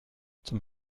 zum